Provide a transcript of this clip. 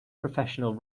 professional